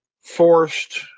forced